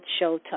showtime